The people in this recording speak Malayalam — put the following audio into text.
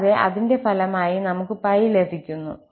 കൂടാതെ അതിന്റെ ഫലമായി നമുക് 𝜋 ലഭിക്കുന്നു